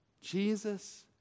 Jesus